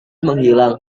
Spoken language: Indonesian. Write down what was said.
menghilang